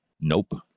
nope